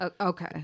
Okay